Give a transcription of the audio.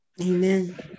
Amen